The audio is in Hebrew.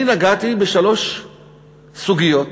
אני נגעתי בשלוש סוגיות: